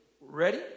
Ready